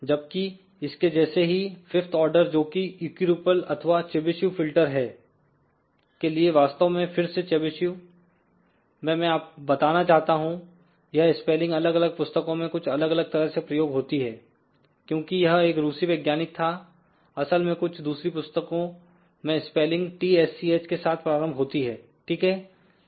जबकिइसके जैसे ही 5th order जोकि इक्यूरिपल अथवा चेबीशेव फिल्टर है के लिए वास्तव में फिर से चेबीशेव में मैं बताना चाहता हूं यह स्पेलिंग अलग अलग पुस्तकों में कुछ अलग अलग तरह से प्रयोग होती है क्योंकि यह एक रूसी वैज्ञानिक थाऔर असल में कुछ दूसरी पुस्तकों में स्पेलिंग Tsch के साथ प्रारंभ होती है ठीक है